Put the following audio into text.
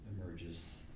emerges